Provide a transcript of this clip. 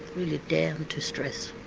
really down to stress.